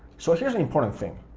so here's the important thing,